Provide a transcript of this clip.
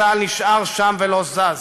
צה"ל נשאר שם ולא זז.